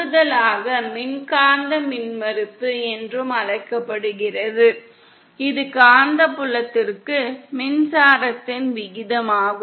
கூடுதலாக மின்காந்த மின்மறுப்பு என்றும் அழைக்கப்படுகிறது இது காந்தப்புலத்திற்கு மின்சாரத்தின் விகிதமாகும்